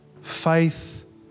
faith